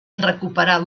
recuperar